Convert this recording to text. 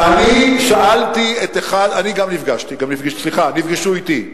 אני גם נפגשתי, סליחה, נפגשו אתי,